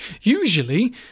usually